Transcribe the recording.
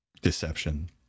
Deception